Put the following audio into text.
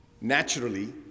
naturally